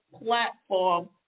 platform